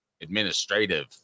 administrative